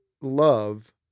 love